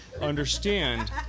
understand